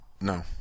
No